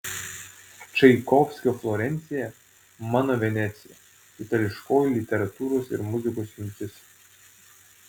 čaikovskio florencija mano venecija itališkoji literatūros ir muzikos jungtis